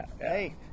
Hey